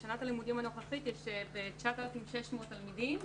בשנת הלימודים הנוכחית יש 9,600 תלמידים,